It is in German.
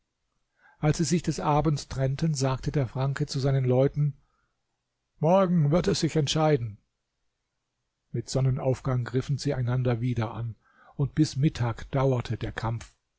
als sie sich des abends trennten sagte der franke zu seinen leuten morgen wird es sich entscheiden mit sonnenaufgang griffen sie einander wieder an und bis mittag dauerte der kampf